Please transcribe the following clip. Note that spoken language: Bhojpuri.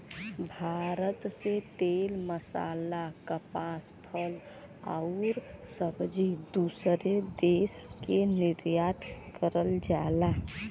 भारत से तेल मसाला कपास फल आउर सब्जी दूसरे देश के निर्यात करल जाला